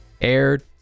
aired